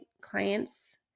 clients